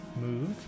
move